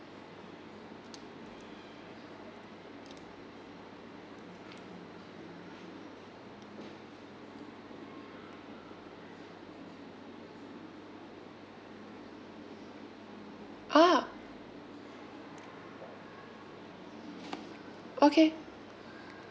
ah okay